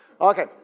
Okay